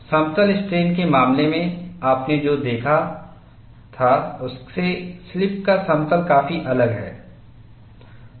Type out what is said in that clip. समतल स्ट्रेन के मामले में आपने जो देखा था उससे स्लिप का समतल काफी अलग है